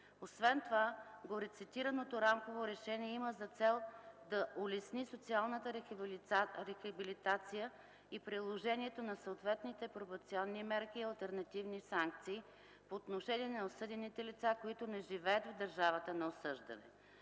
Освен това Рамковото решение 2008/947/ПВР има за цел да улесни социалната рехабилитация и приложението на съответните пробационни мерки и алтернативни санкции по отношение на осъдените лица, които не живеят в държавата на осъждане.